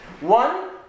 One